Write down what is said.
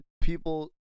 people